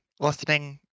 listening